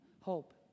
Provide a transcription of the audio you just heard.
hope